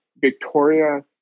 Victoria